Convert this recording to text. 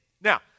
Now